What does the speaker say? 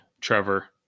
Trevor